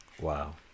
Wow